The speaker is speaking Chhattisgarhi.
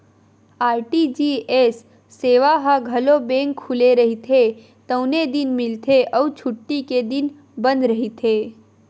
आर.टी.जी.एस सेवा ह घलो बेंक खुले रहिथे तउने दिन मिलथे अउ छुट्टी के दिन बंद रहिथे